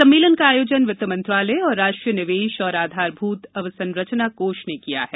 सम्मेलन का आयोजन वित्त मंत्रालय और राष्ट्रीय निवेश और आधारभूत अवसंरचना कोष ने किया है